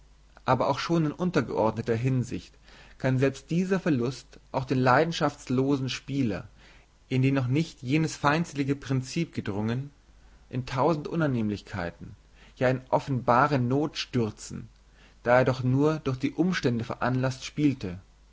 aber auch schon in untergeordneter hinsicht kann selbst dieser verlust auch den leidenschaftlosen spieler in den noch nicht jenes feindselige prinzip gedrungen in tausend unannehmlichkeiten ja in offenbare not stürzen da er doch nur durch die umstände veranlaßt spielte